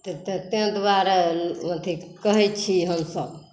ताहि दुआरे अथी कहै छी हमसब